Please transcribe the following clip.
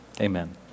Amen